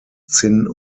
zinn